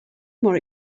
more